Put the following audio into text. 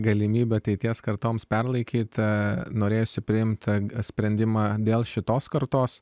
galimybę ateities kartoms perlaikyt norėjosi priimtą sprendimą dėl šitos kartos